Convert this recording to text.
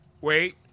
Wait